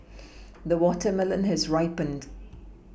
the watermelon has ripened